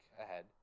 ahead